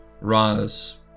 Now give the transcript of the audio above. Ra's